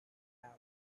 have